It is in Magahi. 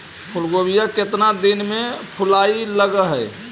फुलगोभी केतना दिन में फुलाइ लग है?